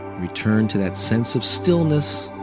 return to that sense of stillness